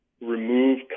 remove